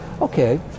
Okay